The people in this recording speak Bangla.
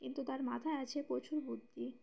কিন্তু তার মাথায় আছে প্রচুর বুদ্ধি